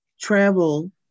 travel